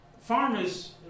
farmers